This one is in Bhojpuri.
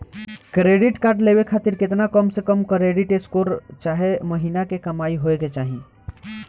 क्रेडिट कार्ड लेवे खातिर केतना कम से कम क्रेडिट स्कोर चाहे महीना के कमाई होए के चाही?